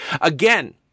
Again